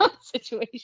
situation